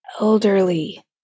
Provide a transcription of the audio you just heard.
elderly